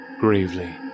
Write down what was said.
gravely